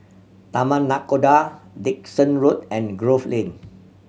Taman Nakhoda Dickson Road and Grove Lane